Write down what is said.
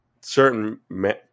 Certain